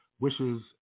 wishes